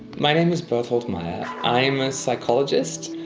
my name is bertolt meyer, i'm a psychologist,